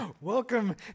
Welcome